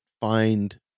find